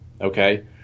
Okay